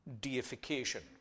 deification